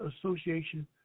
Association